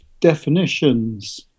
definitions